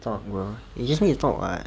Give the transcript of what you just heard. talk bro you just need to talk [what]